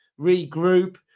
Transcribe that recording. regroup